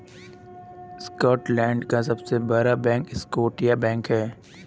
Scotland का सबसे बड़ा बैंक स्कॉटिया बैंक है